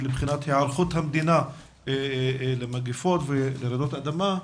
ולבחינת הערכות המדינה למגפות ולרעידות אדמה.